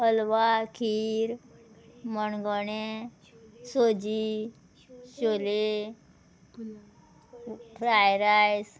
हलवा खीर मणगणें सोजी शोले फ्रायड रायस